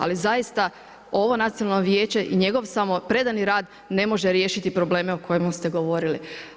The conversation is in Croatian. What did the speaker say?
Ali zaista ovo Nacionalno vijeće i njegov samo predani rad ne može riješiti probleme o kojima ste govorili.